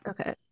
Okay